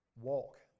walk